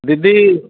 ଦିଦି